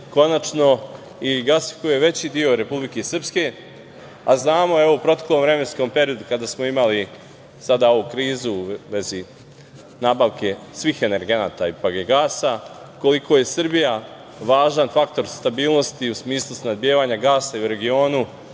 konačno gasifikuje veći deo Republike Srpske, a znamo, evo, u proteklom vremenskom periodu kada smo imali sada ovu krizu u vezi nabavke svih energenata gasa, koliko je Srbija važan faktor stabilnosti u smislu snabdevanja gasa i u regionu,